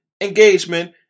engagement